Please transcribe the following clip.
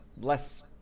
less